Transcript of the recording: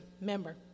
member